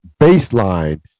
baseline